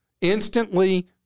Instantly